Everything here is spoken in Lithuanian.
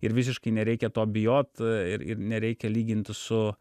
ir visiškai nereikia to bijot ir ir nereikia lyginti su